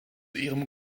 ihrem